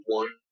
one